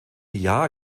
jahr